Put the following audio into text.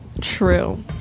true